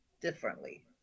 differently